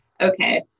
Okay